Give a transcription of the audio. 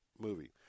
movie